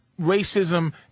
racism